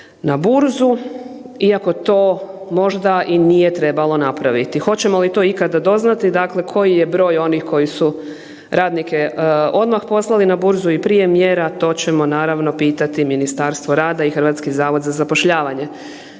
na burzu iako to možda i nije trebalo napraviti. Hoćemo li to ikada doznati, dakle koji je broj onih koji su radnike odmah poslali na burzu i prije mjera, to ćemo naravno pitati Ministarstvo rada i HZZ. Znamo da nema